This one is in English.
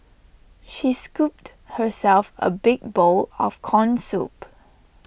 she scooped herself A big bowl of Corn Soup